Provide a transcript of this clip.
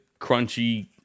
crunchy